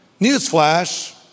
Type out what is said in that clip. Newsflash